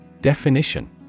Definition